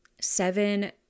seven